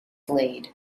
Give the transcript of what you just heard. laid